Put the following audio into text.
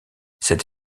cette